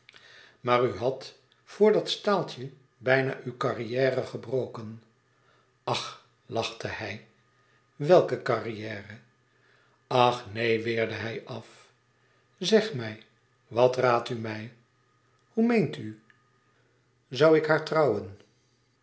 maar u had voor dat staaltje bijna uw carrière gebroken ach lachte hij welke carrière ach neen weerde hij af zeg mij wat raadt u mij hoe meent u zoû ik haar trouwen